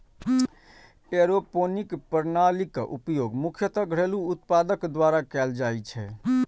aeroponic प्रणालीक उपयोग मुख्यतः घरेलू उत्पादक द्वारा कैल जाइ छै